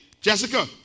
Jessica